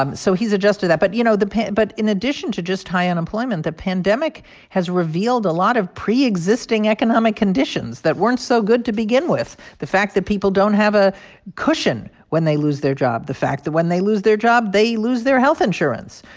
um so he's adjusted to that. but, you know, the but in addition to just high unemployment, the pandemic has revealed a lot of preexisting economic conditions that weren't so good to begin with the fact that people don't have a cushion when they lose their job, the fact that when they lose their job, they lose their health insurance,